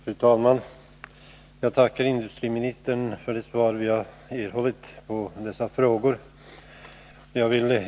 Fru talman! Jag tackar industriministern för det svar vi har erhållit på frågorna.